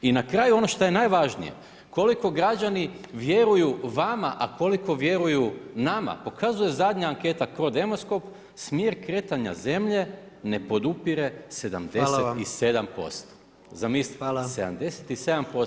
I na kraju ono što je najvažnije, koliko građani vjeruju vama, a koliko vjeruju nama pokazuje zadnja anketa cro demoskop smjer kretanja zemlje ne podupire 77%, zamislite.